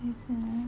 (uh huh)